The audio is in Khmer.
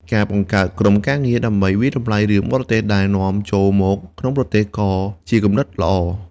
ការបង្កើតក្រុមការងារដើម្បីវាយតម្លៃរឿងបរទេសដែលនាំចូលមកក្នុងប្រទេសក៏ជាគំនិតល្អ។